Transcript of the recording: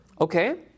Okay